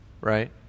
right